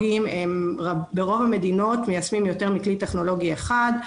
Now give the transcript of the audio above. ברוב המדינות מיישמים יותר מכלי טכנולוגי אחד,